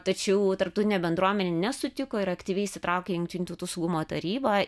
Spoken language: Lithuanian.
tačiau tarptautinė bendruomenė nesutiko ir aktyviai įsitraukė jungtinių tautų saugumo taryba